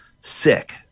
sick